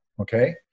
Okay